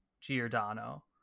Giordano